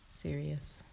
serious